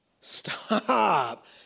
Stop